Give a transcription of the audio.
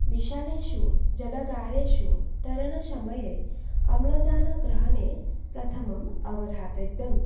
विशालेषु जलागारेषु तरणसमये अम्लजानग्रहणे प्रथमम् अवधातव्यम्